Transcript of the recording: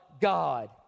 God